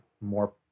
more